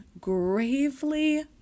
gravely